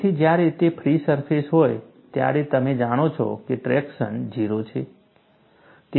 તેથી જ્યારે તે ફ્રી સરફેસ હોય ત્યારે તમે જાણો છો કે ટ્રેક્શન 0 છે